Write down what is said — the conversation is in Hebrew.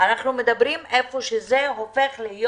אנחנו מדברים על מקומות שבהם זה הופך להיות